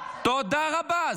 תודה רבה.